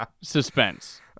suspense